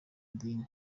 madini